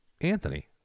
Anthony